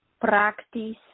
Practice